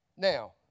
now